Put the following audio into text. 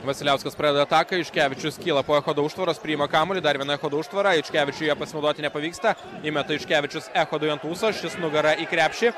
vasiliauskas pradeda ataką juškevičius kyla po echodo užtvaros priima kamuolį dar viena echodo užtvara juškevičiui ja pasinaudoti nepavyksta įmeta juškevičius echodui ant ūsošis nugara į krepšį